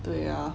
对呀